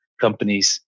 companies